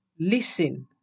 Listen